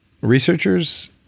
Researchers